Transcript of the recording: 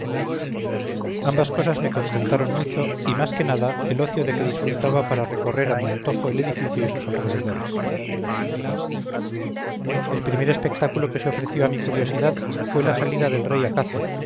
ambas cosas me contentaron mucho y más que nada el ocio de que disfrutaba para recorrer a mi antojo el edificio y sus alrededores el primer espectáculo que se ofreció a mi curiosidad fue la salida del rey a caza